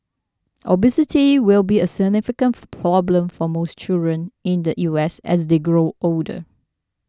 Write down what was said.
obesity will be a significant problem for most children in the U S as they grow older